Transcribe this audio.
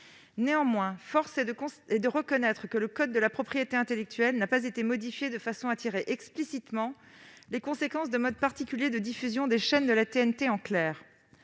Néanmoins, force est de reconnaître que le code de la propriété intellectuelle n'a pas été modifié de façon à tirer explicitement les conséquences de modes particuliers de diffusion des chaînes de la TNT en clair.